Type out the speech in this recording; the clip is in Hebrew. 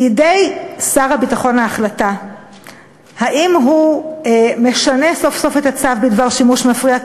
בידי שר הביטחון ההחלטה האם הוא משנה סוף-סוף את הצו בדבר שימוש מפריע,